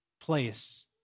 place